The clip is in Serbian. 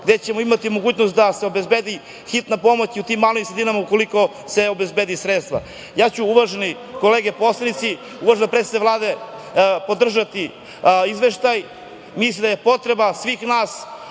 gde ćemo imati mogućnost da se obezbedi hitna pomoć i u tim malim sredinama, ukoliko se obezbede sredstva. Uvažene kolege poslanici, uvažena predsednice Vlade, ja ću podržati Izveštaj. Mislim da je potreba svih nas